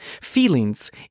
feelings